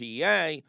PA